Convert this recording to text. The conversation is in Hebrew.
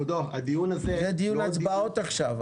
זהו דיון של הצבעות עכשיו,